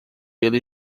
ele